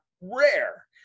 rare